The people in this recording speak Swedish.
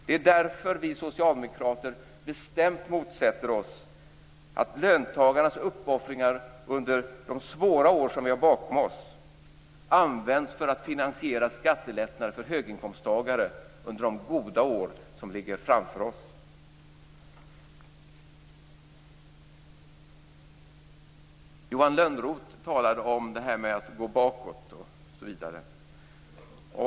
Det är därför vi socialdemokrater bestämt motsätter oss att löntagarnas uppoffringar under de svåra år som vi har bakom oss används för att finansiera skattelättnader för höginkomsttagare under de goda år som nu ligger framför oss. Johan Lönnroth talade om att gå bakåt osv.